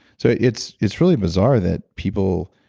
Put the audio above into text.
so, it's it's really bizarre that people.